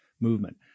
movement